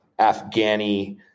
afghani